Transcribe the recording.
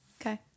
okay